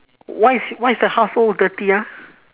why is why is the house so dirty ah